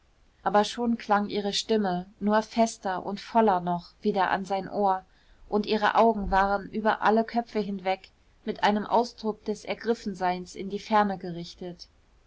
aber schon klang ihre stimme nur fester und voller noch wieder an sein ohr und ihre augen waren über alle köpfe hinweg mit einem ausdruck des ergriffenseins in die ferne gerichtet